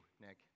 nick